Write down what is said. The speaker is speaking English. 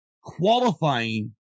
Qualifying